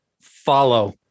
follow